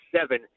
seven